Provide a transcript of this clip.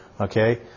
Okay